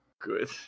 good